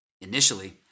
Initially